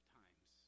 times